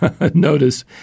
Notice